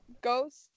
Ghost